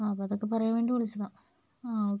ആ അപ്പം അതൊക്കെ പറയാൻ വേണ്ടി വിളിച്ചതാണ് ആ ഓക്കെ